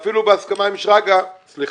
אפילו בהסכמה עם שרגא, סליחה,